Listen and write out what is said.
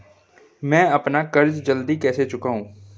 मैं अपना कर्ज जल्दी कैसे चुकाऊं?